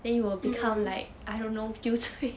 mm